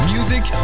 Music